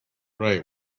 right